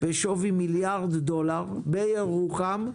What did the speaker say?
בשווי מיליארד דולר בירוחם.